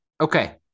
Okay